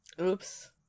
Oops